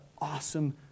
awesome